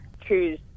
choose